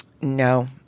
No